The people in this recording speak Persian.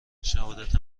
شهادت